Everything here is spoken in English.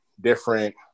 different